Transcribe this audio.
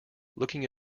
looking